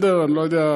אני לא יודע,